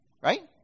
Right